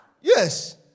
Yes